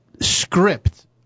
script